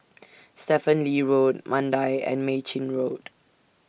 Stephen Lee Road Mandai and Mei Chin Road